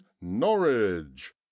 norwich